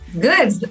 Good